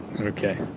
okay